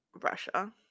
Russia